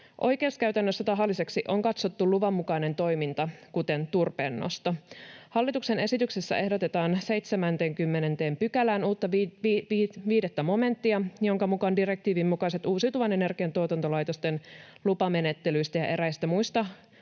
Oikeuskäytännössä tahalliseksi on katsottu luvan mukainen toiminta, kuten turpeennosto. Hallituksen esityksessä ehdotetaan 70 §:ään uutta 5 momenttia, jonka mukaan uusiutuvan energian tuotantolaitosten lupamenettelyistä ja eräistä muista